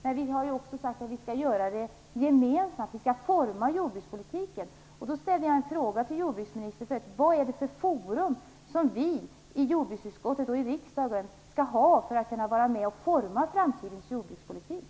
Men vi har också sagt att vi gemensamt skall forma jordbrukspolitiken. Jag ställde en fråga till jordbruksministern om vad det är för forum som vi i jordbruksutskottet och i riksdagen skall ha för att kunna vara med och forma framtidens jordbrukspolitik.